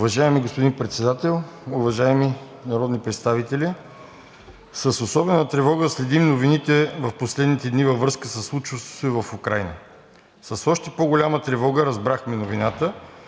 Уважаеми господин Председател, уважаеми народни представители! С особена тревога следим новините в последните дни във връзка със случващото се в Украйна. С още по-голяма тревога разбрахме новината,